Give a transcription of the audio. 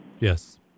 Yes